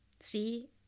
See